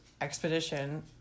Expedition